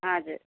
हजुर